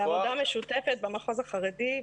זה עבודה משותפת במחוז החרדי.